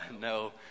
no